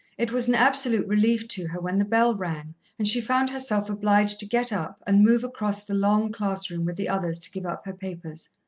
it was an absolute relief to her when the bell rang and she found herself obliged to get up and move across the long class-room with the others to give up her papers.